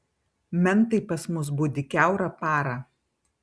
mentai pas mus budi kiaurą parą